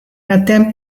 attempt